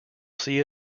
see